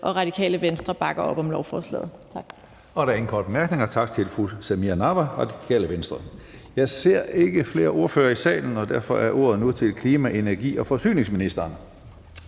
Radikale Venstre bakker op om lovforslaget.